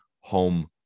home